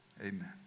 amen